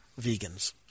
vegans